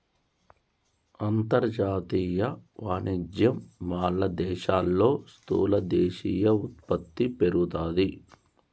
అంతర్జాతీయ వాణిజ్యం వాళ్ళ దేశాల్లో స్థూల దేశీయ ఉత్పత్తి పెరుగుతాది